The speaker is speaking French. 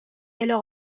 gallo